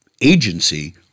agency